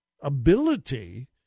ability